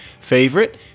favorite